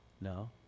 No